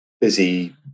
busy